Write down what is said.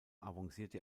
avancierte